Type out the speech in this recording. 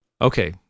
Okay